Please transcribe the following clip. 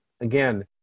Again